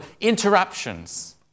interruptions